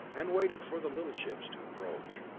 and waited for the little ships to approach.